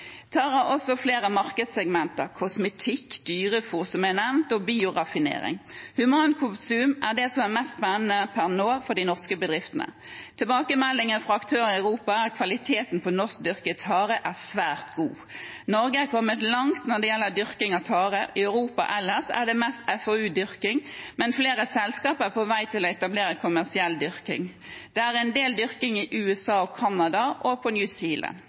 også flere markedssegmenter – kosmetikk, dyrefôr, som er nevnt, og bioraffinering. Humankonsum er det som er mest spennende per nå for de norske bedriftene. Tilbakemeldingene fra aktører i Europa er at kvaliteten på norsk dyrket tare er svært god. Norge er kommet langt når det gjelder dyrking av tare. I Europa ellers er det mest FoU-dyrking, men flere selskaper er på vei til å etablere kommersiell dyrking. Det er en del dyrking i USA og Canada og på